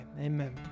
amen